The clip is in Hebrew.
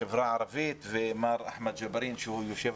בחברה הערבית ואת מר אחמד ג'בארין שהוא יושב